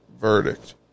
verdict